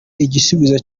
igisubizo